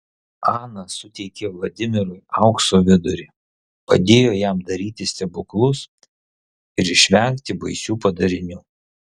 ana suteikė vladimirui aukso vidurį padėjo jam daryti stebuklus ir išvengti baisių padarinių